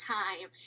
time